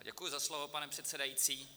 Děkuji za slovo, pane předsedající.